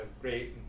great